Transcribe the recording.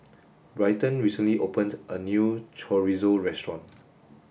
Bryton recently opened a new Chorizo restaurant